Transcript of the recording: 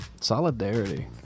Solidarity